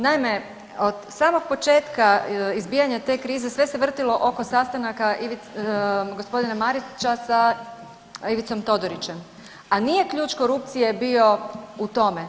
Naime, od samog početka izbijanja te krize sve se vrtilo oko sastanaka gospodina Marića sa Ivicom Todorićem, a nije ključ korupcije bio u tome.